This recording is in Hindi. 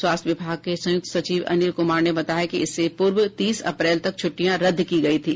स्वास्थ्य विभाग के संयुक्त सचिव अनिल कुमार ने बताया कि इससे पूर्व तीस अप्रैल तक छुट्टियां रद्द की गयी थी